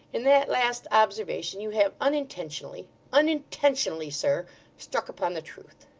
in that last observation you have unintentionally unintentionally, sir struck upon the truth